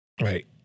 Right